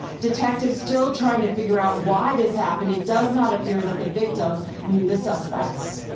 detectives still trying to figure out why this happened. it does not appear that the victim knew the suspects.